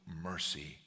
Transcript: mercy